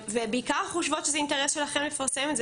ובעיקר אנחנו חושבות שזה אינטרס שלכם לפרסם את זה,